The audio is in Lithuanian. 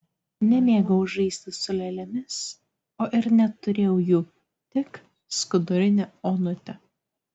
nemėgau žaisti su lėlėmis o ir neturėjau jų tik skudurinę onutę